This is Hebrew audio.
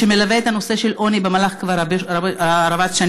שמלווה את הנושא של העוני במהלך כבר הרבה שנים,